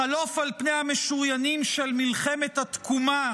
חלוף על פני המשוריינים של מלחמת התקומה,